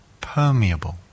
permeable